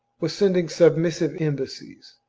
was sending submissive embassies,